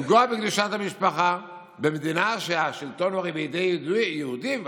לפגוע בקדושת המשפחה במדינה שהשלטון בה הוא הרי בידי יהודים.